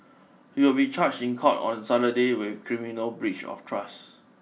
he will be charged in court on Saturday with criminal breach of trust